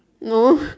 no